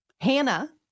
Hannah